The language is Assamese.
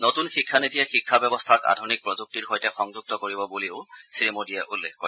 নতুন শিক্ষা নীতিয়ে শিক্ষা ব্যৱস্থাক আধুনিক প্ৰযুক্তিৰ সৈতে সংযুক্ত কৰিব বুলিও শ্ৰীমোদীয়ে উল্লেখ কৰে